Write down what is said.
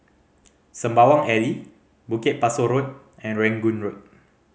Sembawang Alley Bukit Pasoh Road and Rangoon Road